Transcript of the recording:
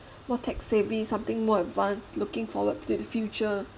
more tech savvy something more advanced looking forward to the future